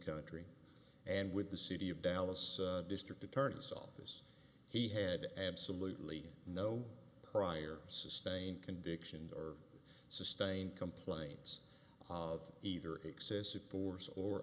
country and with the city of dallas district attorney's office he had absolutely no prior sustained convictions or sustained complaints of either excessive force or